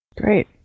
Great